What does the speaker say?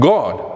God